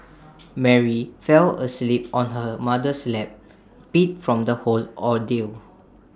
Mary fell asleep on her mother's lap beat from the whole ordeal